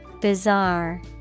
Bizarre